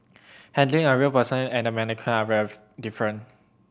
handling a real person and a mannequin are very different